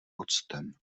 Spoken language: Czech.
octem